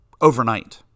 overnight